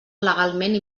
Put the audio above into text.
legalment